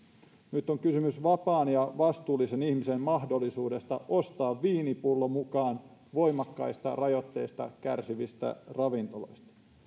nyt on kysymys vapaan ja vastuullisen ihmisen mahdollisuudesta ostaa viinipullo mukaan voimakkaista rajoitteista kärsivistä ravintoloista